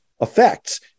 effects